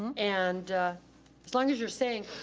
and as long as you're saying,